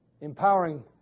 empowering